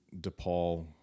DePaul